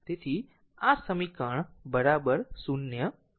તેથી આ સમીકરણ 0 છે